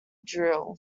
drill